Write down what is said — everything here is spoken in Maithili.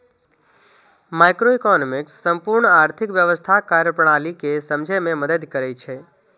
माइक्रोइकोनोमिक्स संपूर्ण आर्थिक व्यवस्थाक कार्यप्रणाली कें समझै मे मदति करै छै